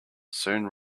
soon